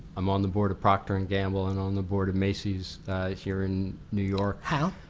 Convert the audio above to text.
i'm on the board of procter and gamble and on the board of macy's here in new york. now?